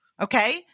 Okay